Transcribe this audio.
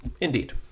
Indeed